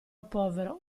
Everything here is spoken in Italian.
povero